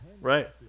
Right